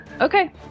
Okay